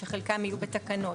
שחלקם יהיו בתקנות.